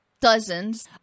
dozens